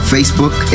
Facebook